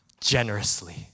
generously